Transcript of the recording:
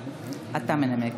אני לא מבין,